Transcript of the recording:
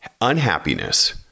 unhappiness